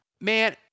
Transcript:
Man